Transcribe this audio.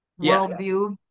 worldview